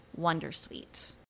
wondersuite